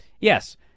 Yes